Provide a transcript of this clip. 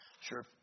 Sure